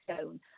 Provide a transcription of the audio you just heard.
stone